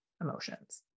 emotions